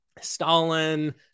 Stalin